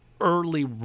early